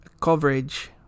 coverage